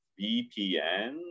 VPN